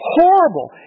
horrible